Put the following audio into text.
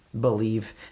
believe